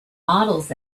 models